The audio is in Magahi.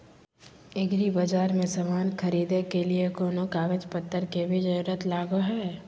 एग्रीबाजार से समान खरीदे के लिए कोनो कागज पतर के भी जरूरत लगो है?